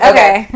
Okay